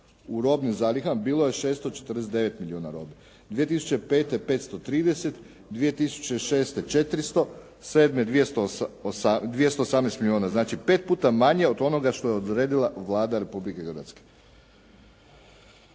u robnim zalihama, bilo je 649 milijuna robe, 2005. 530, 2006. 400, 2007. 218 milijuna. Znači pet puta manje od onoga što je odredila Vlada Republike Hrvatske.